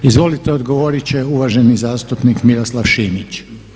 Izvolite, odgovorit će uvaženi zastupnik Miroslav Šimić.